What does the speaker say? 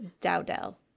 Dowdell